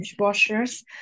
Dishwashers